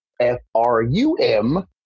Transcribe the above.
F-R-U-M